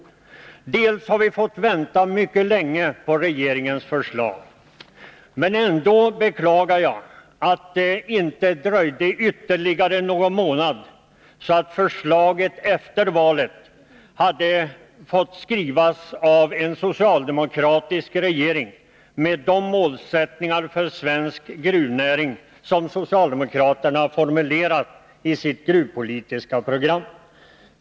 Först och främst har vi fått vänta mycket länge på regeringens förslag — men ändå beklagar jag att det inte dröjde ytterligare någon månad, så att förslaget efter valet hade fått skrivas av en socialdemokratisk regering med de målsättningar för svensk gruvnäring som socialdemokraterna formulerat i sitt gruvpolitiska program.